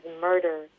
murder